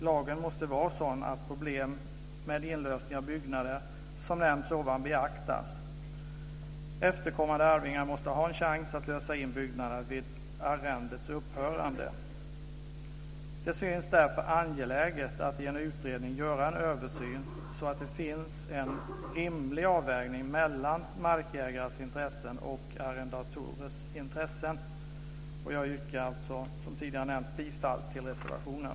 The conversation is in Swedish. Lagen måste vara sådan att problem med inlösning av byggnader, som jag tidigare nämnt, beaktas. Arvingar måste ha en chans att lösa in byggnader vid ett arrendes upphörande. Det syns därför angeläget att i en utredning göra en översyn, så att det blir en rimlig avvägning mellan markägares intressen och arrendatorers intressen. Jag yrkar alltså, som jag tidigare nämnt, bifall till reservationen.